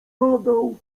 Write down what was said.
padał